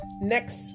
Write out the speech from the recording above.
Next